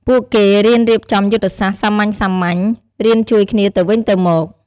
ពួកគេរៀនរៀបចំយុទ្ធសាស្ត្រសាមញ្ញៗ រៀនជួយគ្នាទៅវិញទៅមក។